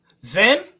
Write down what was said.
Zen